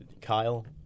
Kyle